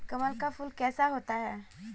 कमल का फूल कैसा होता है?